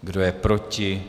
Kdo je proti?